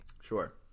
Sure